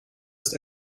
ist